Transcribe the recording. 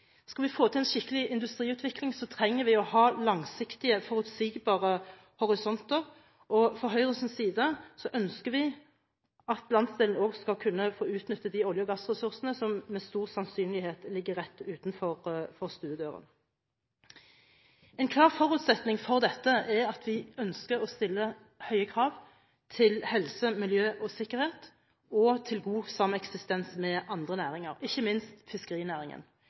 Skal vi få til en skikkelig industriutvikling, trenger vi å ha langsiktige, forutsigbare horisonter, og fra Høyres side ønsker vi at landsdelen også skal kunne få utnytte de olje- og gassressursene som med stor sannsynlighet ligger rett utenfor stuedøra. En klar forutsetning for dette er at vi stiller høye krav til helse, miljø og sikkerhet og til god sameksistens med andre næringer, ikke minst fiskerinæringen.